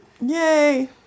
Yay